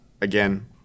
again